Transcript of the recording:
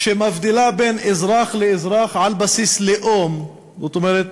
שמבדילה בין אזרח לאזרח על בסיס לאום, זאת אומרת,